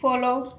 follow